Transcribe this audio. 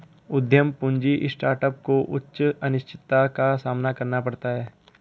उद्यम पूंजी स्टार्टअप को उच्च अनिश्चितता का सामना करना पड़ता है